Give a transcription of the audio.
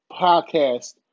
Podcast